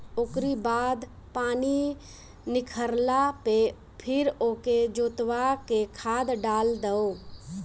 ओकरी बाद पानी निखरला पे फिर ओके जोतवा के खाद डाल दअ